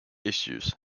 issues